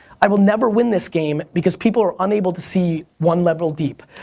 i will never win this game because people are unable to see one level deep.